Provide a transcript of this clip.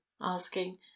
asking